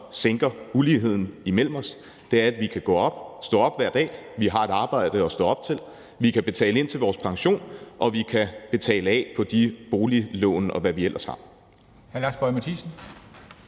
sænker uligheden imellem os. Vi kan stå op hver dag, vi har et arbejde at stå op til, vi kan betale ind til vores pension, og vi kan betale af på boliglån, og hvad vi ellers har.